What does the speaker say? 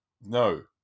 no